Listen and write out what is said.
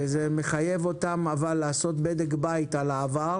אבל זה מחייב אותם לעשות בדק בית על העבר